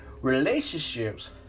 relationships